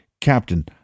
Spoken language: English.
Captain